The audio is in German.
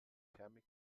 thermik